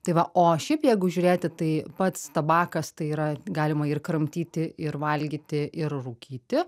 tai va o šiaip jeigu žiūrėti tai pats tabakas tai yra galima ir kramtyti ir valgyti ir rūkyti